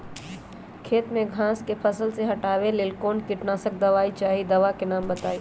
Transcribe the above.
खेत में घास के फसल से हटावे के लेल कौन किटनाशक दवाई चाहि दवा का नाम बताआई?